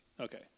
Okay